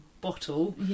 bottle